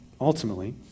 ultimately